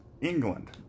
England